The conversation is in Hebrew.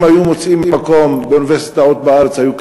אם היו מוצאים מקום באוניברסיטאות בארץ היו,